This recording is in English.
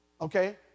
Okay